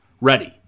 ready